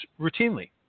routinely